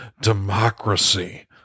democracy